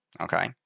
Okay